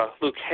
Luke